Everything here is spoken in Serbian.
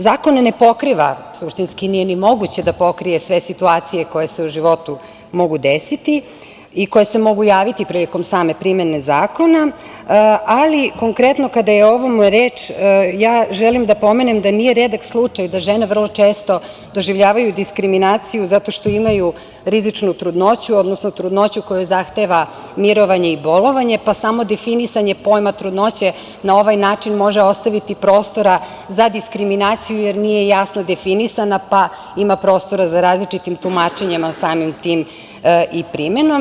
Zakon ne pokriva, suštinski nije ni moguće da pokrije sve situacije koje se u životu mogu deseti i koje se mogu javiti prilikom same primene zakona, ali konkretno kada je o ovome reč, želim da pomenem da nije redak slučaj da žene vrlo često doživljavaju diskriminaciju zato što imaju rizičnu trudnoću, odnosno trudnoću koja zahteva mirovanje i bolovanje, pa samo definisanje pojma trudnoće na ovaj način može ostaviti prostora za diskriminaciju, jer nije jasno definisana, pa ima prostora za različita tumačenja, samim tim i primenom.